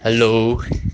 hello